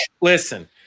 listen